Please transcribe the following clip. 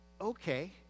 Okay